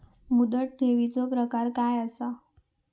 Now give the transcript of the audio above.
मुदत ठेवीचो प्रकार काय असा?